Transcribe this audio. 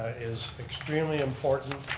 is extremely important.